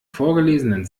vorgelesenen